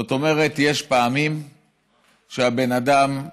זאת אומרת, יש פעמים שהבן אדם,